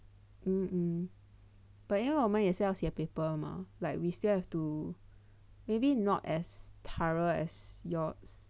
mm but 因为我们也是要写 paper mah like we still have to maybe not as thorough as yours